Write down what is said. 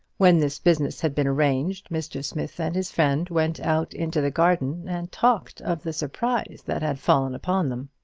when this business had been arranged, mr. smith and his friend went out into the garden and talked of the surprise that had fallen upon them.